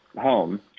home